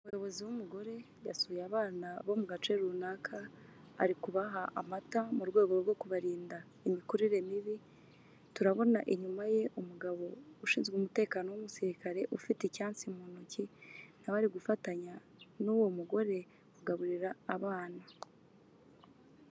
Umuyobozi w'umugore yasuye abana bo mu gace runaka, ari kubaha amata mu rwego rwo kubarinda imikurire mibi, turabona inyuma ye umugabo ushinzwe umutekano w'umusirikare ufite icyansi mu ntoki, nawe ari gufatanya n'uwo mugore kugaburira abana.